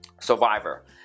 Survivor